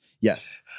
Yes